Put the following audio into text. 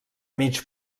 mig